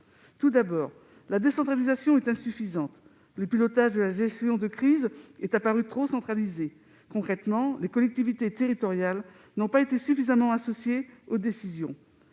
maladroite. La décentralisation est insuffisante. Le pilotage de la gestion de crise est apparu trop centralisé. Concrètement, les collectivités territoriales n'ont pas été suffisamment associées aux décisions.